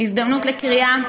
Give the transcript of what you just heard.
הזדמנות לקריאה.